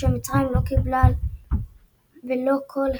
כשמצרים לא קיבלה ולו קול אחד.